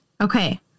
Okay